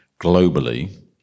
globally